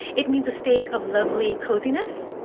it means a state of lovely cosiness,